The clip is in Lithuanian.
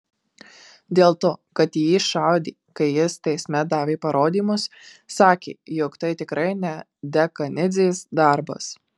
dėl to kad į jį šaudė kai jis teisme davė parodymus sakė jog tai tikrai ne dekanidzės darbas